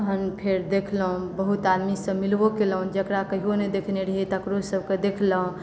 तहन फेर देखलहुँ बहुत आदमीसँ मिलबो केलहुँ जेकरा कहियो नहि देखने रहियै तकरोसभके देखलहुँ